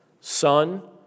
Son